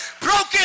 Broken